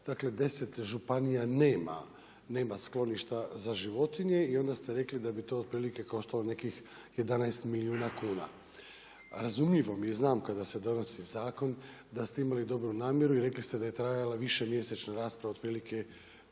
Dakle 10 županija nema skloništa za životinje i onda ste rekli da bi to otprilike koštalo nekih 11 milijuna kuna. Razumljivo mi je znam kada se donosi zakon da ste imali dobru namjeru i rekli ste da je trajala višemjesečna rasprava otprilike